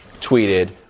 tweeted